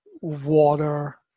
water